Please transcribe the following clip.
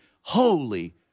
holy